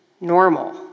normal